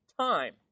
time